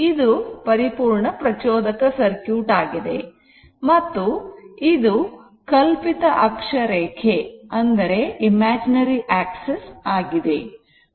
ಇದು ಪರಿಪೂರ್ಣ ಪ್ರಚೋದಕ ಸರ್ಕ್ಯೂಟ್ ಆಗಿದೆ ಮತ್ತು ಇದು ಕಲ್ಪಿತ ಅಕ್ಷರೇಖೆ ಆಗಿದೆ